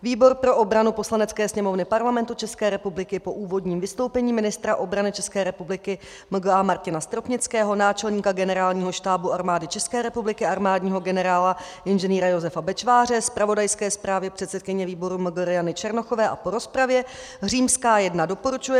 Výbor pro obranu Poslanecké sněmovny Parlamentu České republiky po úvodním vystoupení ministra obrany České republiky Mgr. Martina Stropnického, náčelníka Generálního štábu Armády České republiky armádního generála Ing. Josefa Bečváře, zpravodajské zprávě předsedkyně výboru Mgr. Jany Černochové a po rozpravě za prvé doporučuje